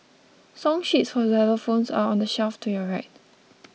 song sheets for xylophones are on the shelf to your right